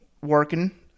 working